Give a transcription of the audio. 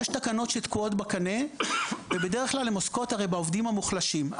יש תקנות שתקועות בקנה ובדרך כלל הן עוסקות הרי בעובדים המוחלשים.